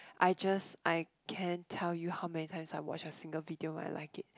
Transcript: I just I can't tell you how many times I watch a single video when I like it